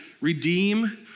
redeem